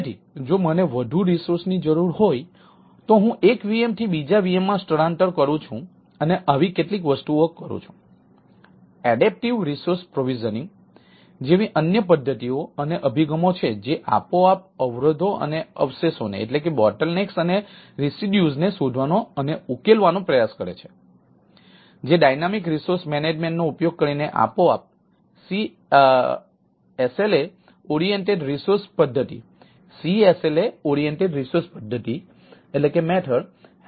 તેથી જો મને વધુ રિસોર્સ ની જરૂર હોય તો હું એક VM થી બીજા VM માં સ્થળાંતર કરું છું અને આવી કેટલીક વસ્તુઓ કરું છું